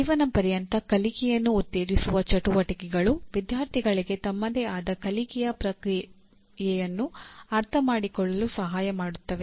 ಜೀವನಪರ್ಯಂತ ಕಲಿಕೆಯನ್ನು ಉತ್ತೇಜಿಸುವ ಚಟುವಟಿಕೆಗಳು ವಿದ್ಯಾರ್ಥಿಗಳಿಗೆ ತಮ್ಮದೇ ಆದ ಕಲಿಕೆಯ ಪ್ರಕ್ರಿಯೆಯನ್ನು ಅರ್ಥಮಾಡಿಕೊಳ್ಳಲು ಸಹಾಯ ಮಾಡುತ್ತವೆ